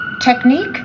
technique